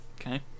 Okay